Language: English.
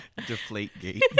Deflategate